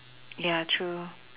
ya true